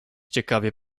ciekawie